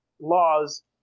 laws